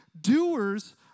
doers